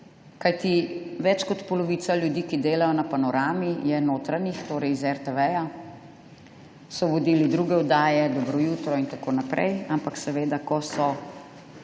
Kajti več kot polovica ljudi, ki delajo na Panorami, je notranjih, torej iz RTV, so vodili druge oddaje, Dobro jutro in tako naprej, ampak seveda, ko so se